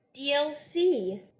DLC